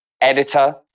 editor